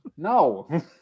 No